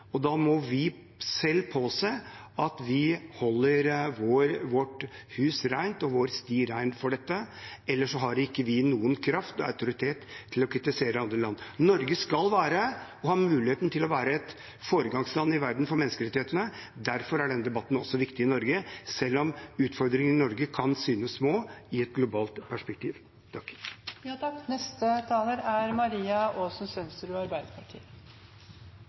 og da må vi selv påse at vi holder vårt hus rent og vår sti ren på dette området, ellers har vi ikke noen kraft eller autoritet til å kritisere andre land. Norge skal være og har muligheten til å være et foregangsland i verden med hensyn til menneskerettighetene. Derfor er denne debatten viktig også i Norge, selv om utfordringene i Norge kan synes små i et globalt perspektiv.